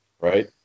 Right